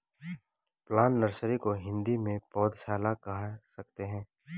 plant nursery को हिंदी में पौधशाला कह सकते हैं